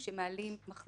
שם נאמר שהיה